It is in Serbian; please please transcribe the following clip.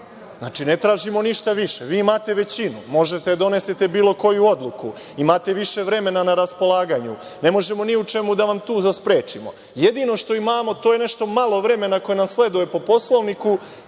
imamo. Ne tražimo ništa više. Vi imate većinu. Možete da donesete bilo koju odluku. Imate više vremena na raspolaganju. Ne možemo ni u čemu tu da vas sprečimo. Jedino što imamo, to je nešto malo vremena koje nam sleduje po Poslovniku